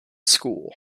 school